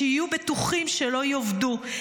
שיהיו בטוחים שלא יאבדו,